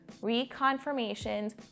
Reconfirmations